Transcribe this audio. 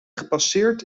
gepasseerd